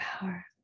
power